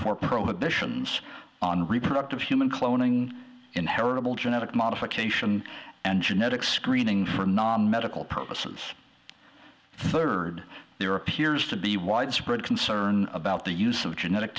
for prohibitions on reproductive human cloning inheritable genetic modification and genetic screening for non medical purposes third there appears to be widespread concern about the use of genetic